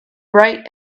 bright